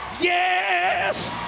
yes